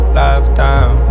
lifetime